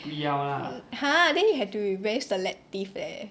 mm !huh! then you have to be very selective leh